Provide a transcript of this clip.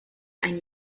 ein